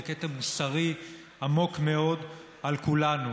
זה כתם מוסרי עמוק מאוד על כולנו,